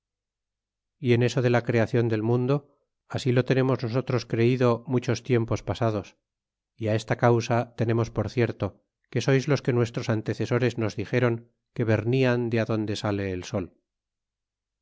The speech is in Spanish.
y en eso de la creacion del mundo asi lo tenemos nosotros creido muchos tiempos pasados é esta causa tenemos por cierto que sois los que nuestros antecesores nos dixeron que vernian de adonde sale el sol